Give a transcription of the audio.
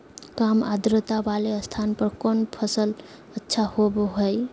काम आद्रता वाले स्थान पर कौन फसल अच्छा होबो हाई?